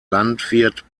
landwirt